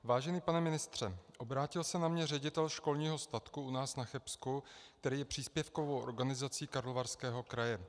Vážený pane ministře, obrátil se na mě ředitel školního statku u nás na Chebsku, který je příspěvkovou organizací Karlovarského kraje.